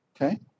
okay